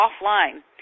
offline